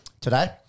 today